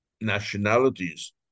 nationalities